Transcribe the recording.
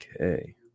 okay